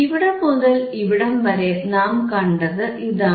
ഇവിടം മുതൽ ഇവിടംവരെ നാം കണ്ടത് ഇതാണ്